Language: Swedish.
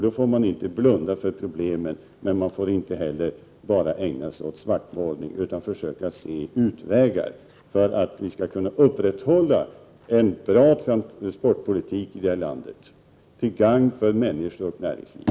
Då får man inte blunda för problemen, men man får inte heller bara ägna sig åt svartmålning utan försöka se utvägar för att kunna upprätthålla en bra transportpolitik i det här landet till gagn för människor och näringsliv.